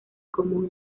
común